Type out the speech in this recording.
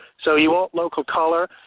so, you want local color,